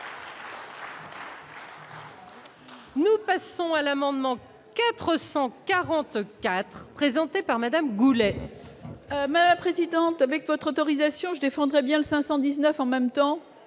Nous passons à l'amendement 444 représentée par Madame Goulet. La présidente avec votre autorisation, je défendrai bien de 519 en même temps,